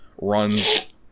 runs